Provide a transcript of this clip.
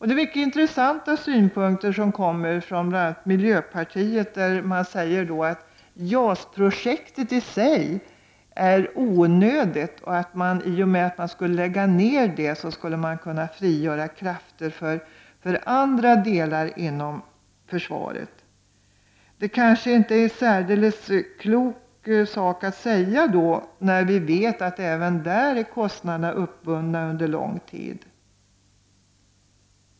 Det är intressanta synpunkter som kommer från bl.a. miljöpartiet. Man säger att JAS-projektet i sig är onödigt, och att om man skulle lägga ner det, så skulle man kunna frigöra krafter för andra delar inom försvaret. Detta är kanske inte en så särdeles klok sak att säga, när vi vet att kostnaderna även där är uppbundna under lång tid.